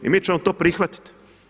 I mi ćemo to prihvatiti.